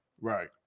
Right